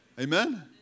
Amen